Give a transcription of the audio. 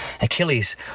Achilles